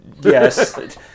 Yes